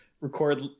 record